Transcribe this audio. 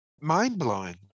mind-blowing